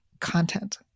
content